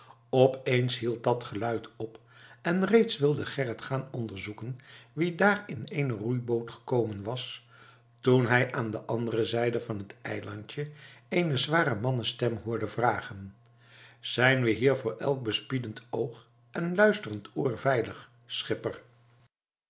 opeens hield dat geluid op en reeds wilde gerrit gaan onderzoeken wie daar in eene roeiboot gekomen was toen hij aan de andere zijde van het eilandje eene zware mannenstem hoorde vragen zijn we hier voor elk bespiedend oog en luisterend oor veilig schipper